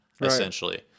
essentially